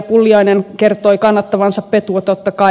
pulliainen kertoi kannattavansa petua totta kai